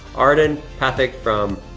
arden pathick from